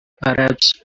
arabs